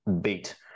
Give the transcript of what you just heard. beat